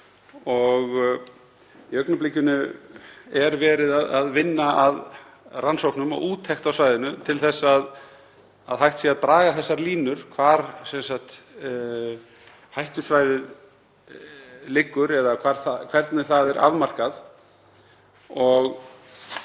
Í augnablikinu er verið að vinna að rannsóknum og úttekt á svæðinu til að hægt sé að draga þessar línur, hvar hættusvæðið liggur eða hvernig það er afmarkað.